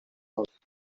warehouse